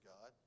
God